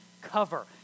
cover